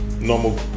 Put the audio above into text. normal